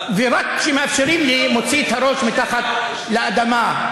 ורק כשמאפשרים לי מוציא את הראש מתחת לאדמה.